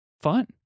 fun